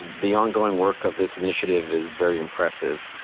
the ongoing work of this initiative is very impressive,